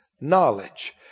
knowledge